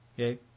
Okay